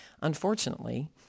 unfortunately